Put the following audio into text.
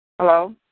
Hello